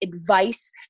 advice